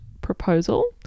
Proposal